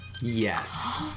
Yes